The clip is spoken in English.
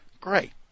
Great